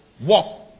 Walk